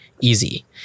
easy